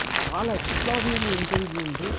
but ah like extraordinary intelligent.